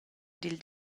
dil